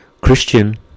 Christian